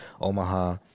Omaha